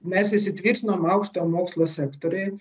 mes įsitvirtinom aukštojo mokslo sektoriuj